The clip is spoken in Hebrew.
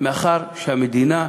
מאחר שהמדינה,